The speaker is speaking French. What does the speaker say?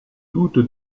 toute